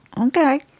Okay